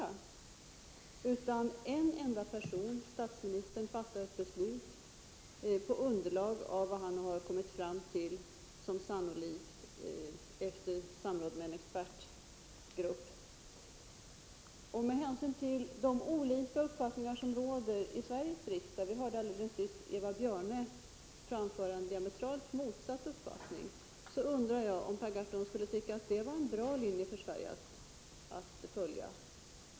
Det är i stället en enda person, statsministern, som fattar ett beslut på underlag av vad han har kommit fram till som sannolikt efter samråd med en expertgrupp. Med hänsyn till de olika uppfattningar som råder i Sveriges riksdag — vi hörde alldeles nyss Eva Björne framföra en diametralt motsatt uppfattning — undrar jag om Per Gahrton skulle tycka att det var en bra linje för Sverige att följa.